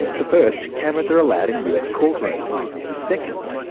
the first, cameras are allowed in us courtrooms. the second,